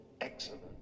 excellent